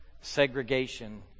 segregation